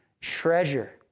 treasure